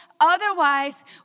Otherwise